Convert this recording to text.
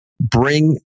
bring